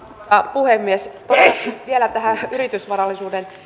puhemies palaisin vielä tähän yritysvarallisuuden